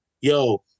yo